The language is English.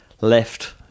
left